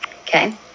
okay